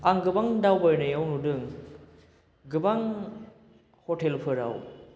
आं गोबां दावबायनायाव नुदों गोबां ह'टेलफोराव